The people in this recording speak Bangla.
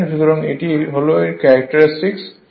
সুতরাং এই এর ক্যারেক্টারেস্টিক হয়